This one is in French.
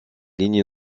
ligne